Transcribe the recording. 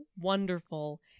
wonderful